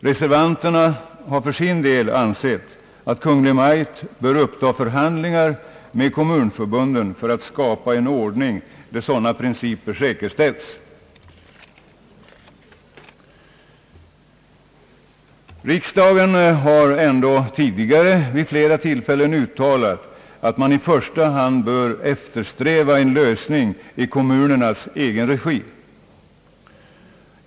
Reservanterna har för sin del ansett att Kungl. Maj:t bör uppta förhandlingar med kommunförbunden för att skapa en ordning där sådana principer säkerställs. : Riksdagen har tidigare vid flera tillfällen uttalat att man i första hand bör eftersträva en lösning i kommunernas egen regi.